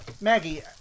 Maggie